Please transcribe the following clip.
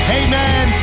amen